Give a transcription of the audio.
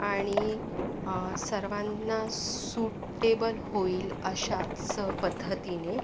आणि सर्वांना सुटेबल होईल अशाच पद्धतीने